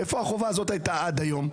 איפה החובה הזאת הייתה עד היום?